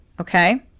okay